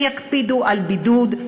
הם יקפידו על בידוד,